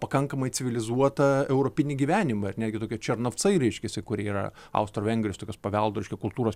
pakankamai civilizuotą europinį gyvenimą ir netgi tokie černovicai reiškiasi kurie yra austro vengrijos tokios paveldo reiškia kultūros